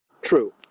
True